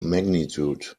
magnitude